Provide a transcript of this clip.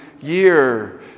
year